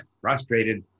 frustrated